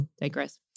digress